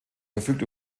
verfügt